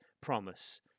promise